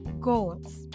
goals